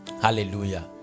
Hallelujah